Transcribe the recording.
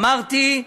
אמרתי,